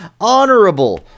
honorable